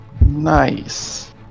Nice